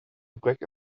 gebrek